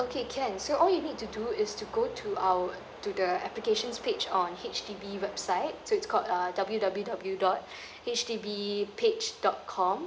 okay can so all you need to do is to go to our to the applications page on H_D_B website so it's called uh W W W dot H D B page dot com